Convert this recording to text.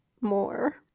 more